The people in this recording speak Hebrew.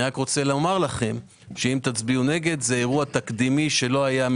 אני רק רוצה לומר לכם שאם תצביעו נגד זה אירוע תקדימי שלא היה,